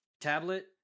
tablet